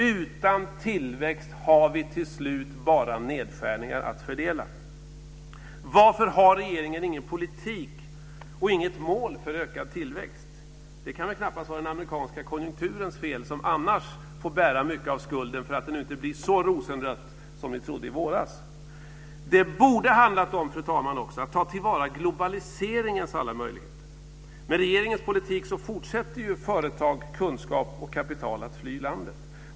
Utan tillväxt har vi till slut bara nedskärningar att fördela. Varför har regeringen ingen politik och inget mål för ökad tillväxt? Det kan väl knappast vara den amerikanska konjunkturens fel, som annars får bära mycket av skulden för att det nu inte blir så rosenrött som ni trodde i våras. Fru talman! Det borde också ha handlat om att ta till vara globaliseringens alla möjligheter. Med regeringens politik fortsätter företag, kunskap och kapital att fly landet.